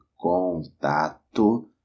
contato